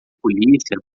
polícia